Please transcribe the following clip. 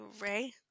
Ray